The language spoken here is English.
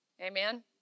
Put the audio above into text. Amen